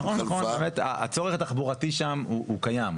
נכון, הצורך התחבורתי שם הוא קיים.